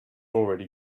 already